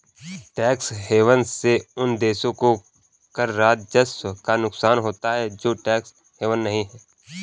tax haven से उन देशों को कर राजस्व का नुकसान होता है जो टैक्स हेवन नहीं हैं